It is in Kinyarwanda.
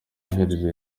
aherekejwe